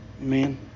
amen